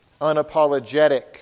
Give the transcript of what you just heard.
unapologetic